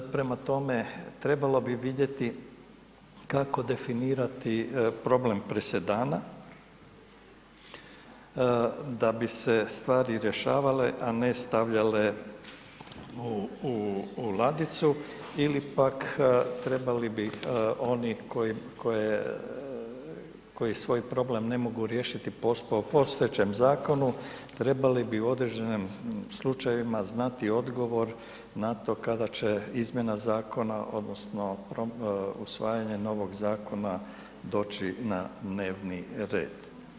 Prema tome, trebalo bi vidjeti kako definirati problem presedana da bi se stvari rješavale, a ne stavljale u ladicu ili pak trebali bi oni koji svoj problem ne mogu riješiti postao u postojećem zakonu, trebali bi u određenim slučajevima znati odgovor na to kada će izmjena zakona odnosno usvajanje novog zakona doći na dnevni red.